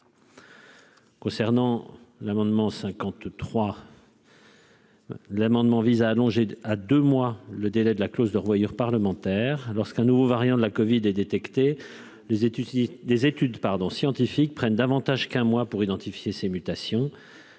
Concernant l'amendement 53. L'amendement vise à allonger à 2 mois le délai de la clause de revoyure parlementaire lorsqu'un nouveau variant de la Covid est détecté des études, des études pardon scientifiques prennent davantage qu'un mois pour identifier ces mutations